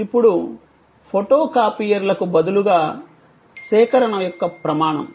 ఇప్పుడు ఫోటోకాపీయర్లకు బదులుగా సేకరణ యొక్క ప్రమాణం